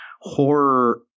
horror